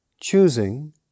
choosing